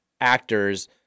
actors